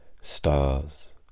stars